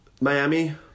Miami